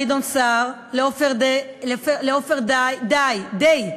גדעון סער: לעופר דרי,